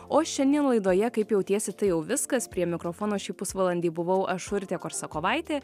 o šiandien laidoje kaip jautiesi tai jau viskas prie mikrofono šį pusvalandį buvau aš urtė korsakovaitė